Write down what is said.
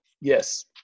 Yes